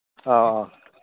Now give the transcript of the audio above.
ꯑꯣ ꯑꯣ